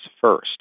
first